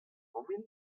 familh